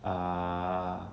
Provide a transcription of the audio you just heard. err